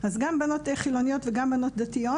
אז גם בנות חילוניות וגם בנות דתיות,